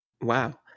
Wow